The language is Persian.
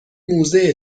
موزه